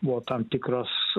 buvo tam tikras